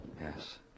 Yes